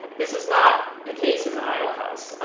this is not the case in the iowa house.